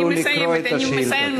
הנוהל הוא לקרוא את השאילתה.